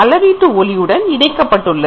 அளவீட்டு ஒளியுடன் இணைக்கப்பட்டுள்ளது